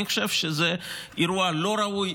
אני חושב שזה אירוע לא ראוי,